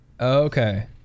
Okay